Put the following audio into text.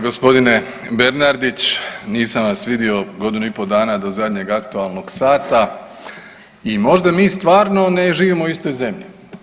Gospodine Bernardić, nisam vas vidio godinu i pol dana do zadnjeg aktualnog sata i možda mi stvarno ne živimo u istoj zemlji.